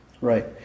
Right